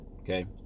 Okay